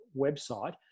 website